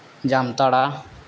Jamtara